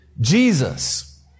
Jesus